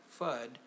FUD